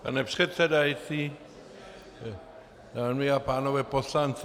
Pane předsedající, dámy a pánové poslanci.